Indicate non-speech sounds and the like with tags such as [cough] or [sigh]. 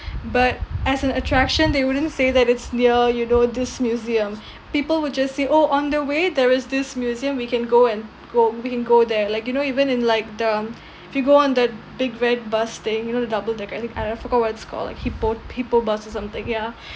but as an attraction they wouldn't say that it's near you know this museum [breath] people will just say oh on the way there is this museum we can go and go we can go there like you know even in like the um [noise] if you go on that big red bus thing you know the double decker I think I I forgot what it's called like hippo hippo bus or something yeah [breath]